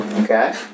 Okay